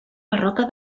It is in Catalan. barroca